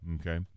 okay